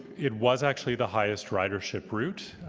it was actually the highest ridership route.